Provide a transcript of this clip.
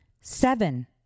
seven